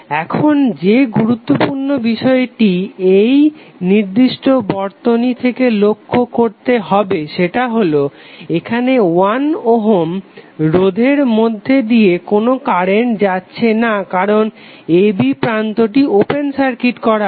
এখন যে গুরুত্বপূর্ণ বিষয়টি এই নির্দিষ্ট বর্তনী থেকে লক্ষ্য করতে হবে সেটা হলো এখানে 1 ওহম রোধের মধ্যে দিয়ে কোনো কারেন্ট যাচ্ছে না কারণ a b প্রান্তটি ওপেন সার্কিট করা আছে